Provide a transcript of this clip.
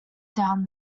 down